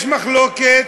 יש מחלוקת,